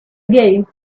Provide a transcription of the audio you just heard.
game